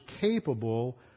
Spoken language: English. capable